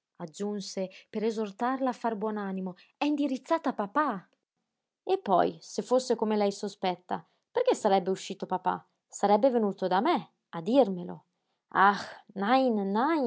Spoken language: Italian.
aggiunse per esortarla a far buon animo è indirizzata a papà e poi se fosse come lei sospetta perché sarebbe uscito papà sarebbe venuto da me a dirmelo